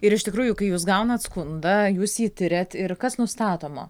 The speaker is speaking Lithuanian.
ir iš tikrųjų kai jūs gaunat skundą jūs jį tiriat ir kas nustatoma